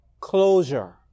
Closure